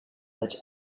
but